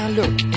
look